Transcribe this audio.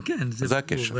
כן, זה ברור,